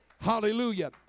Hallelujah